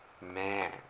man